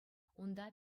унта